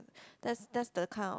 that's that's the kind of